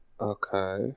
Okay